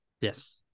Yes